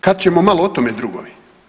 Kad ćemo malo o tome, drugovi?